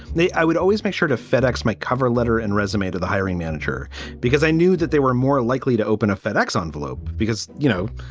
i would always make sure to fedex my cover letter and resume to the hiring manager because i knew that they were more likely to open a fedex envelope because, you know,